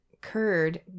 curd